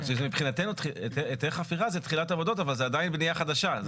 מבחינתנו היתר חפירה זה תחילת עבודות אבל זה עדיין בנייה חדשה,